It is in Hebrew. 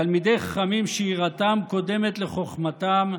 תלמידי חכמים שיראתם קודמת לחוכמתם,